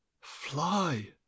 fly